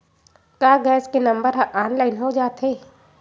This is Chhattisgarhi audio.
का गैस के नंबर ह ऑनलाइन हो जाथे?